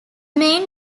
main